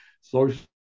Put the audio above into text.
social